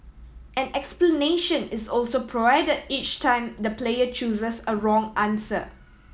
an explanation is also provided each time the player chooses a wrong answer